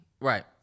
Right